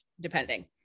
depending